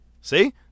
See